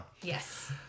Yes